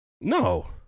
No